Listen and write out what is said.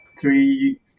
three